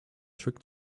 trick